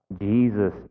Jesus